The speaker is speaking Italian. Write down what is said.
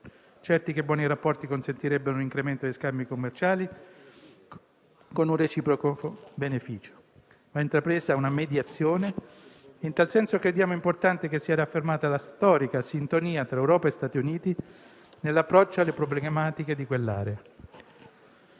certi che i buoni rapporti consentirebbero l'incremento degli scambi commerciali, con un reciproco beneficio. Va intrapresa una mediazione e, in tal senso, crediamo importante che sia riaffermata la storica sintonia tra Europa e Stati Uniti nell'approccio alle problematiche di quell'area,